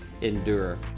endure